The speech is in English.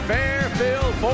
Fairfield